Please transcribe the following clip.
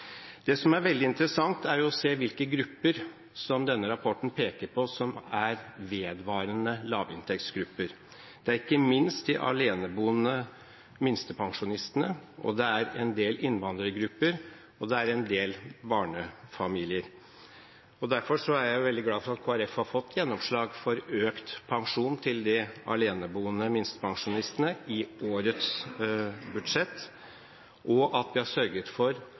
Det som er veldig interessant, er å se hvilke grupper denne rapporten peker på som vedvarende lavinntektsgrupper. Det er ikke minst de aleneboende minstepensjonistene, det er en del innvandrergrupper, og det er en del barnefamilier. Derfor er jeg veldig glad for at Kristelig Folkeparti har fått gjennomslag for økt pensjon til de aleneboende minstepensjonistene i årets budsjett, og at vi har sørget for